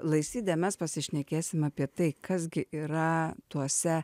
laisvyde mes pasišnekėsime apie tai kas gi yra tuose